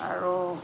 আৰু